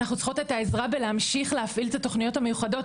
אנחנו צריכות את העזרה בהמשיך להפעיל את התוכניות המיוחדות,